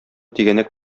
тигәнәк